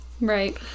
Right